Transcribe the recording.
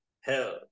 hell